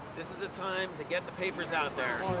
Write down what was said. this is the time to get the papers out there.